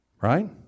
Right